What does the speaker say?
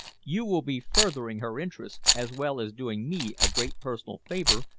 you will be furthering her interests, as well as doing me a great personal favor,